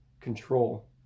control